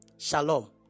Shalom